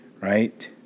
right